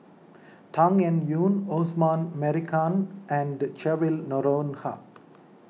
Tan Eng Yoon Osman Merican and Cheryl Noronha